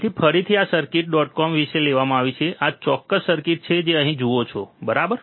તેથી ફરીથી આ સર્કિટ સર્કિટ ડોટ કોમ વિશે લેવામાં આવી છે આ ચોક્કસ સર્કિટ જે તમે અહીં જુઓ છો બરાબર